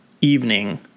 evening